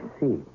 see